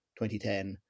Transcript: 2010